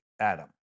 Adam